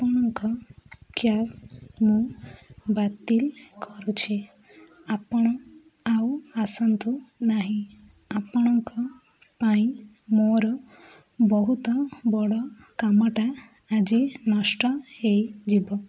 ଆପଣଙ୍କ କ୍ୟାବ୍ ମୁଁ ବାତିଲ କରୁଛି ଆପଣ ଆଉ ଆସନ୍ତୁ ନାହିଁ ଆପଣଙ୍କ ପାଇଁ ମୋର ବହୁତ ବଡ଼ କାମଟା ଆଜି ନଷ୍ଟ ହେଇଯିବ